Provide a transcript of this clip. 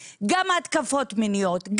גם התקפות מיניות,